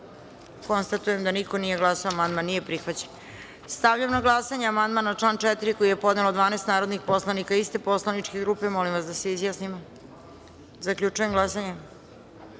konstatujem da niko nije glasao. Amandman nije prihvaćen. Stavljam na glasanje amandman na član 2. koji je podnelo 12 narodnih poslanika iste poslaničke grupe. Molim vas da se izjasnimo. Zaključujem glasanje